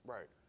Right